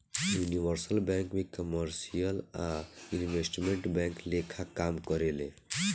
universal bank भी commercial आ investment bank लेखा काम करेले